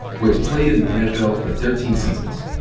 who has played in the nfl for thirteen seasons.